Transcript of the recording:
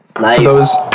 Nice